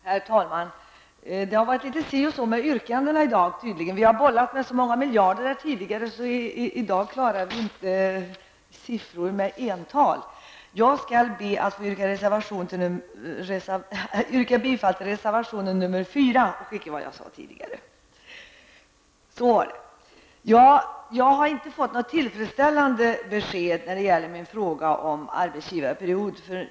Herr talman! Det har tydligen varit litet så och så med yrkandena i dag. Vi har bollat med så många miljarder tidigare att vi nu inte klarar ens entalssiffror. Jag skall, med ändring av vad jag tidigare sade, be att få yrka bifall till reservation nr Jag har inte fått något tillfredsställande besked när det gäller min fråga om arbetsgivarperioden.